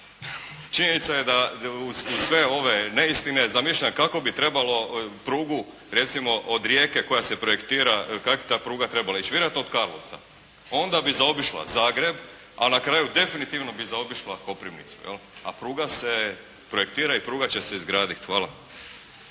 činjenica je da uz sve ove neistine zamišljam kako bi trebalo prugu, recimo od Rijeke koja se projektira, kako bi ta pruga trebala ići? Vjerojatno od Karlovca. Onda bi zaobišla Zagreb, a na kraju definitivno bi zaobišla Koprivnicu, jel? A pruga se projektira i pruga će se izgraditi. Hvala.